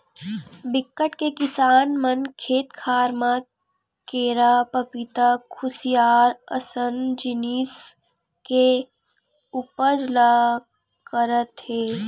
बिकट के किसान मन खेत खार म केरा, पपिता, खुसियार असन जिनिस के उपज ल करत हे